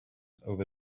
over